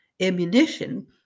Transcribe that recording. ammunition